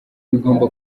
bigomba